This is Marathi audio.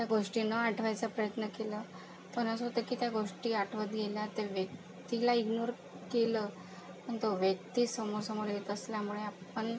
त्या गोष्टी न आठवायचा प्रयत्न केला पण असं होतं त्या गोष्टी आठवत गेल्या त्या व्यक्तीला इग्नोर केलं पण तो व्यक्ती समोर समोर येत असल्यामुळे आपण